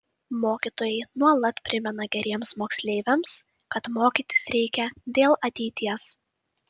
mokytojai nuolat primena geriems moksleiviams kad mokytis reikia dėl ateities